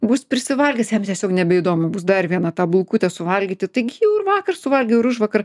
bus prisivalgęs jam tiesiog nebeįdomu bus dar vieną tą bulkutę suvalgyti taigi jau ir vakar suvalgiau ir užvakar